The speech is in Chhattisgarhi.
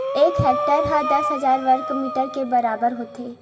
एक हेक्टेअर हा दस हजार वर्ग मीटर के बराबर होथे